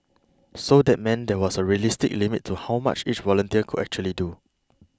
so that meant there was a realistic limit to how much each volunteer could actually do